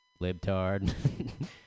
Libtard